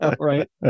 right